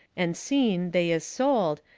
and seen they is sold,